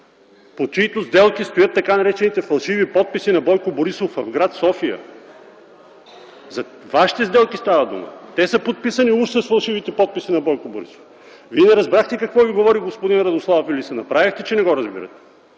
под чиито сделки стоят тъй наречените фалшиви подписи на Бойко Борисов гр. София. За Вашите сделки става дума. Те са подписани уж с фалшивите подписи на Бойко Борисов. Вие не разбрахте какво Ви говори господин Радославов или се направихте, че не го разбирате.